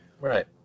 right